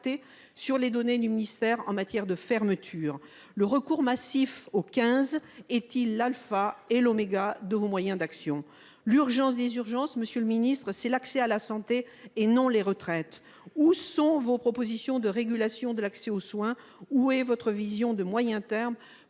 sur les données du ministère en matière de fermeture le recours massif aux 15 est-il l'Alpha et l'oméga de vos moyens d'action. L'urgence des urgences. Monsieur le Ministre, c'est l'accès à la santé et non les retraites où sont vos propositions de régulation de l'accès aux soins, où est votre vision de moyen terme